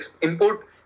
import